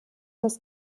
das